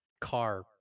car